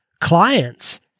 clients